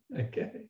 Okay